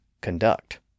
CONDUCT